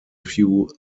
few